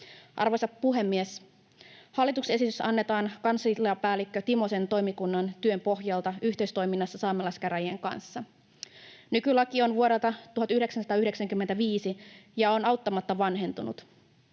Arvoisa puhemies! Hallituksen esitys annetaan kansliapäällikkö Timosen toimikunnan työn pohjalta yhteistoiminnassa saamelaiskäräjien kanssa. Nykylaki on vuodelta 1995 ja auttamatta vanhentunut.